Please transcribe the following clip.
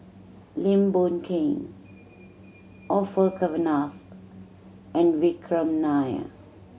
Lim Boon Keng Orfeur Cavenagh and Vikram Nair